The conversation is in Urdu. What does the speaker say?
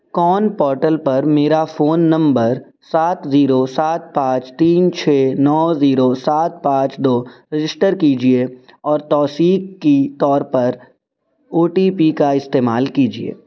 کون پورٹل پر میرا فون نمبر سات زیرو سات پانچ تین چھ نو زیرو سات پانچ دو رجسٹر کیجیے اور توثیق کی طور پر او ٹی پی کا استعمال کیجیے